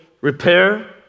repair